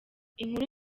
inkuru